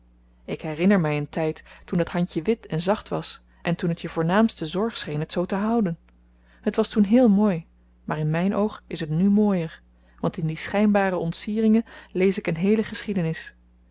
ik herinner mij een tijd toen dat handje wit en zacht was en toen het je voornaamste zorg scheen het zoo te houden het was toen heel mooi maar in mijn oog is het nu mooier want in die schijnbare ontsieringen lees ik een heele geschiedenis